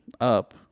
up